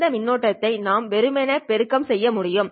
இந்த மின்னோட்டத்தை நாம் வெறுமனே பெருக்கம் செய்ய முடியும்